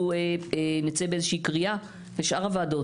נצא באיזו שהיא קריאה לשאר הוועדות.